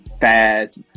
fast